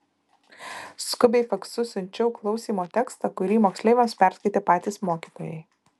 skubiai faksu siunčiau klausymo tekstą kurį moksleiviams perskaitė patys mokytojai